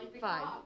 five